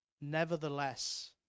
Nevertheless